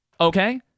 okay